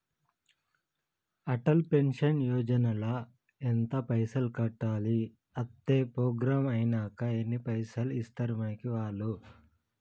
Atal pension Yojana ల ఎంత పైసల్ కట్టాలి? అత్తే ప్రోగ్రాం ఐనాక ఎన్ని పైసల్ ఇస్తరు మనకి వాళ్లు?